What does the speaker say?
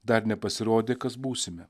dar nepasirodė kas būsime